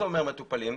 מטופלים.